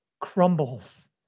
crumbles